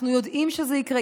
אנחנו יודעים שזה יקרה.